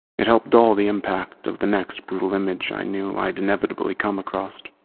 it helped dull the impact of the next brutal image i knew i'd inevitably come across.